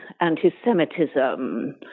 anti-Semitism